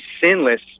sinless